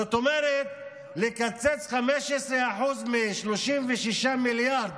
זאת אומרת, לקצץ 15% מ-36 מיליארד,